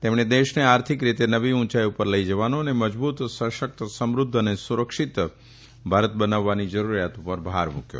તેમણે દેશને આર્થિક રીતે નવી ઉંચાઇ ઉપર લઈ જવાનો અને મજબૂત સશક્ત સમૃદ્ધ અને સુરક્ષિત ભારત બનાવવાની જરૂરિયાત ઉપર ભાર મૂક્યો